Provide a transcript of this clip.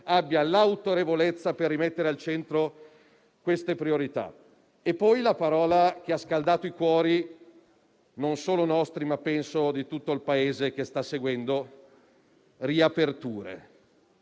abbia l'autorevolezza per rimettere al centro queste priorità. E poi la parola che ha scaldato i cuori, non solo nostri, ma - penso - di tutto il Paese che sta seguendo, è «riaperture»